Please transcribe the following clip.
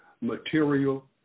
material